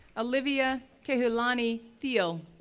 olivia kehaulani thiel,